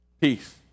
peace